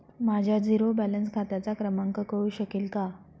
माझ्या zero balance खात्याचा क्रमांक कळू शकेल का?